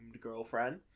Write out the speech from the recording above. girlfriend